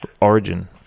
origin